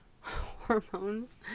hormones